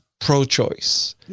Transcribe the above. pro-choice